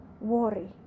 worry